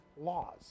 laws